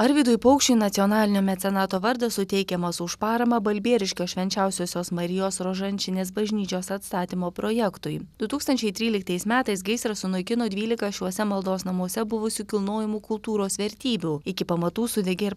arvydui paukščiui nacionalinio mecenato vardas suteikiamas už paramą balbieriškio švenčiausiosios marijos rožančinės bažnyčios atstatymo projektui du tūkstančiai tryliktais metais gaisras sunaikino dvylika šiuose maldos namuose buvusių kilnojamų kultūros vertybių iki pamatų sudegė ir